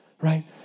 Right